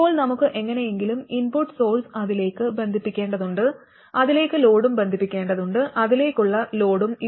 ഇപ്പോൾ നമുക്ക് എങ്ങനെയെങ്കിലും ഇൻപുട്ട് സോഴ്സ് അതിലേക്ക് ബന്ധിപ്പിക്കേണ്ടതുണ്ട് അതിലേക്ക് ലോഡും ബന്ധിപ്പിക്കേണ്ടതുണ്ട് അതിലേക്കുള്ള ലോഡും